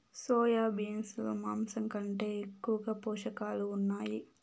soya beans లో మాంసం కంటే ఎక్కువగా పోషకాలు ఉన్నాయి